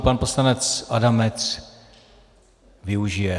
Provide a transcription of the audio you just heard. Pan poslanec Adamec využije.